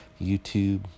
YouTube